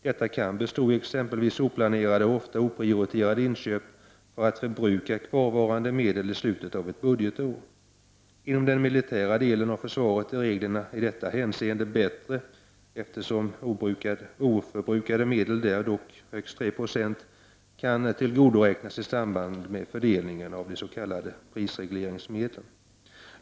Detta kan bestå i t.ex. oplanerade och ofta oprioriterade inköp för att förbruka kvarvarande medel i slutet av ett budgetår. Inom den militära delen av försvaret är reglerna i detta hänseende bättre, eftersom oförbrukade medel, högst 3 96, kan tillgodoräknas i samband med fördelningen av s.k. prisregleringsmedel.